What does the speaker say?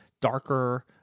darker